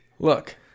Look